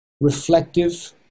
reflective